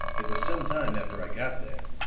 it was some time after i got there.